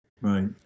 right